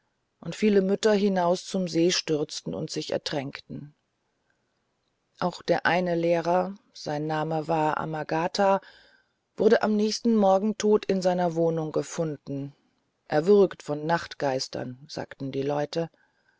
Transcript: und viele mütter hinaus zum see stürzten und sich ertränkten auch der eine lehrer sein name war amagata wurde am nächsten morgen tot in seiner wohnung gefunden erwürgt von nachtgeistern sagten die leute